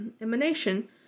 emanation